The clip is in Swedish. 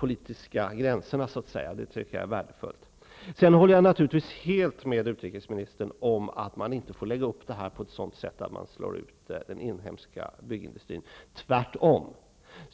politiska gränserna, och det tycker jag är värdefullt. Jag håller naturligtvis helt med utrikesministern om att man inte får lägga upp detta på ett sådant sätt att man slår ut den inhemska byggindustrin, tvärtom.